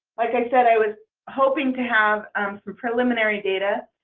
like i said i was hoping to have um some preliminary data.